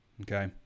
Okay